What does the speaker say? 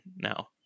now